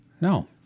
No